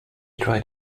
tried